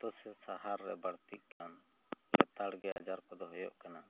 ᱟᱛᱳ ᱥᱮ ᱥᱟᱦᱟᱨ ᱨᱮ ᱵᱟᱹᱲᱛᱤᱠ ᱠᱟᱱ ᱞᱮᱛᱟᱲ ᱜᱮ ᱟᱡᱟᱨ ᱠᱚ ᱫᱚ ᱦᱩᱭᱩᱜ ᱠᱟᱱᱟ